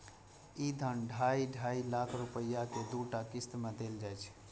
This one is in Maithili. ई धन ढाइ ढाइ लाख रुपैया के दूटा किस्त मे देल जाइ छै